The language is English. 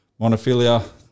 Monophilia